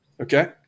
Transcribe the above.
Okay